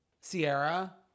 Sierra